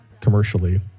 commercially